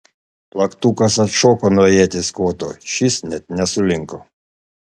plaktukas atšoko nuo ieties koto šis net nesulinko